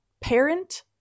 parent